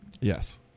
Yes